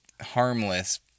harmless